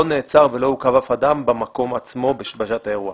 לא נעצר ולא עוכב אף אדם במקום עצמו בשעת האירוע.